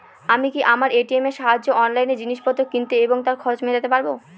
আমি কি আমার এ.টি.এম এর সাহায্যে অনলাইন জিনিসপত্র কিনতে এবং তার খরচ মেটাতে পারব?